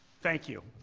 thank you.